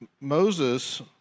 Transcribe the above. Moses